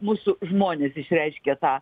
mūsų žmonės išreiškia tą